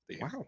Wow